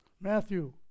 Matthew